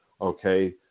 okay